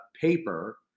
paper